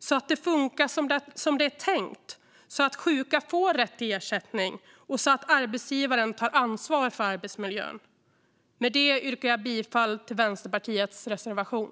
Det måste funka som det var tänkt, så att sjuka får rätt till ersättning och arbetsgivaren tar ansvar för arbetsmiljön. Med det yrkar jag bifall till Vänsterpartiets reservation.